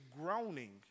groaning